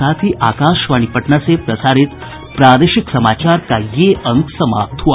इसके साथ ही आकाशवाणी पटना से प्रसारित प्रादेशिक समाचार का ये अंक समाप्त हुआ